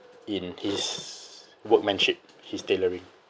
in his workmanship his tailoring